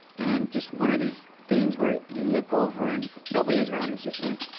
and just one of these things where you look over and nobody was around. it was just him.